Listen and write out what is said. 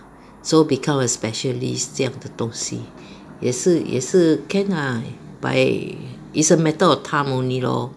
so become a specialist 这样的东西也是也是 can lah but it is a matter of time only lor